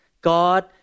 God